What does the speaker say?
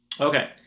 Okay